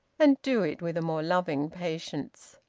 and do it with a more loving patience.